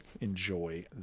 enjoy